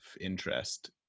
interest